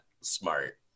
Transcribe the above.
smart